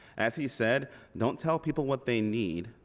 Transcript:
as he said don't tell people what they need.